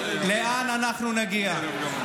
לאן אנחנו נגיע?